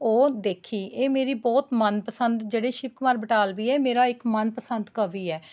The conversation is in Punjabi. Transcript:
ਉਹ ਦੇਖੀ ਇਹ ਮੇਰੀ ਬਹੁਤ ਮਨਪਸੰਦ ਜਿਹੜੇ ਸ਼ਿਵ ਕੁਮਾਰ ਬਟਾਲਵੀ ਹੈ ਇਹ ਮੇਰਾ ਇੱਕ ਮਨਪਸੰਦ ਕਵੀ ਹੈ